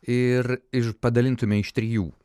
ir iš padalintume iš trijų